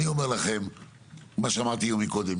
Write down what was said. אני אומר את מה שאמרתי גם קודם,